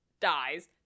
dies